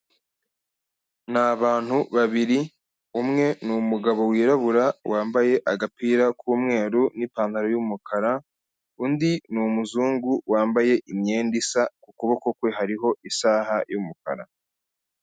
Ni abantu babiri umwe n'umugabo wirabura wambaye agapira k'umweru n'ipantaro y'umukara, undi n'umuzungu wambaye imyenda isa kukuboko kwe hariho isaha y'umukara.